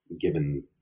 given